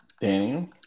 Daniel